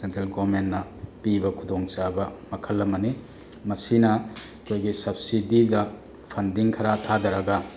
central ꯒꯣꯔꯃꯦꯟꯅ ꯄꯤꯕ ꯈꯨꯗꯣꯡ ꯆꯥꯕ ꯃꯈꯜ ꯑꯃꯅꯤ ꯃꯁꯤꯅ ꯑꯩꯈꯣꯏꯒꯤ ꯁꯕꯁꯤꯗꯤꯗ ꯐꯟꯗꯤꯡ ꯈꯔ ꯊꯥꯊꯔꯒ